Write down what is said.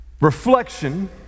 reflection